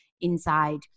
inside